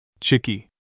Chicky